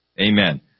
Amen